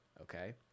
Okay